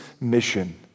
mission